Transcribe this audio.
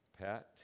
Pat